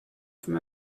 from